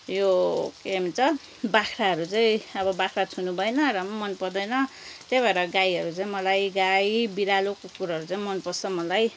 यो के भन्छ बाख्राहरू चाहिँ अब बाख्रा छुनु भएन र पनि मनपर्दैन त्यही भएर गाईहरू चाहिँ मलाई गाई बिरालो कुकुरहरू चाहिँ मनपर्छ मलाई